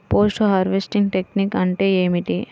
Post harvesting technique అంటే ఏమిటీ?